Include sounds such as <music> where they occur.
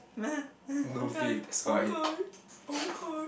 <laughs> okay okay okay